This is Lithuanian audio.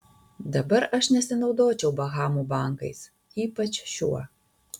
dabar aš nesinaudočiau bahamų bankais ypač šiuo